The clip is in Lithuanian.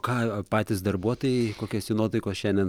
ką patys darbuotojai kokios jų nuotaikos šiandien